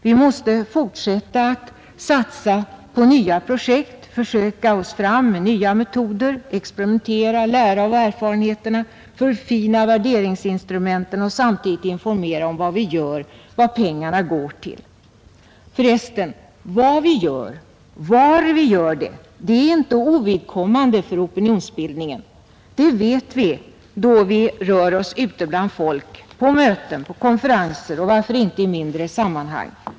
Vi måste fortsätta att satsa på nya projekt, söka oss fram med nya metoder, experimentera, lära av erfarenheterna, förfina värderingsinstrumenten och samtidigt informera om vad vi gör, vad pengarna går till. För resten, vad vi gör, var vi gör det, det är inte ovidkommande för opinionsbildningen. Det vet vi, då vi rör oss ute bland folk, på möten, på konferenser och varför inte i mindre sammanhang.